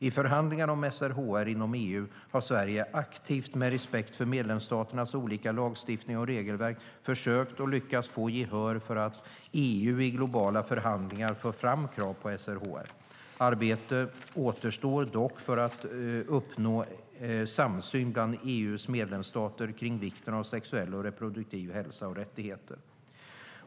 I förhandlingarna om SRHR inom EU har Sverige aktivt, med respekt för medlemsstaternas olika lagstiftning och regelverk, försökt och lyckats få gehör för att EU i globala förhandlingar ska föra fram krav på SRHR. Arbete återstår dock för att uppnå samsyn bland EU:s medlemsstater kring vikten av sexuell och reproduktiv hälsa och rättigheter.